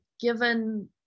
given